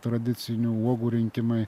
tradicinių uogų rinkimai